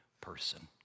person